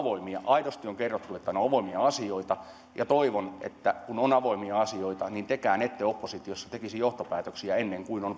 aidosti on kerrottu että meillä on avoimia asioita ja toivon että kun on avoimia asioita niin tekään ette oppositiossa tekisi johtopäätöksiä ennen kuin on